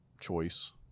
choice